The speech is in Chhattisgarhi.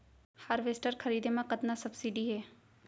हारवेस्टर खरीदे म कतना सब्सिडी हे?